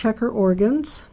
check her organs